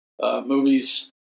movies